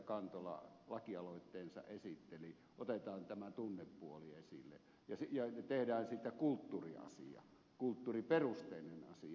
kantola lakialoitteensa esitteli otetaan tämä tunnepuoli esille ja tehdään siitä kulttuuriperusteinen asia